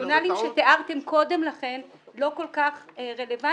הרציונלים שתיארתם קודם לכן לא כל כך רלוונטיים,